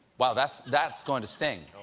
wow. that's that's going to sting.